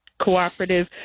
Cooperative